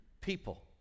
people